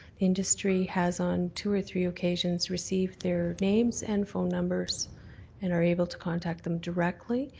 industry has on two or three occasions received their names and phone numbers and are able to contact them directly.